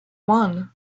one